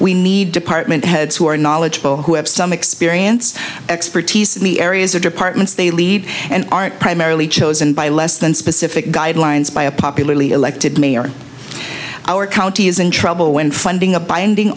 we need department heads who are knowledgeable who have some experience expertise in the areas or departments they lead and aren't primarily chosen by less than specific guidelines by a popularly elected mayor our county is in trouble when funding a binding